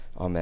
Amen